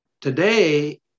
today